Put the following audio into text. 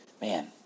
man